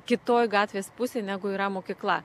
kitoj gatvės pusėj negu yra mokykla